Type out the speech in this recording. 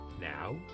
Now